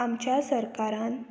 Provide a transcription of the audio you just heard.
आमच्या सरकारान